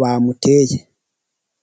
bamuteye.